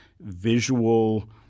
visual